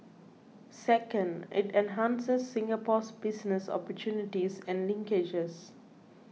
second it enhances Singapore's business opportunities and linkages